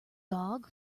dog